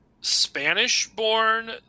Spanish-born